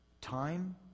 time